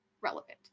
relevant